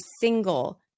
single